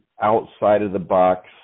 outside-of-the-box